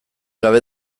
gabe